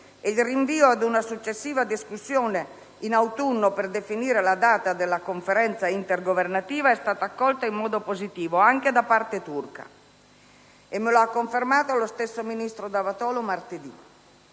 il rinvio ad una successiva discussione in autunno per definire la data della Conferenza intergovernativa - è stata accolta in modo positivo anche da parte turca (me lo ha confermato il ministro Davutoglu martedì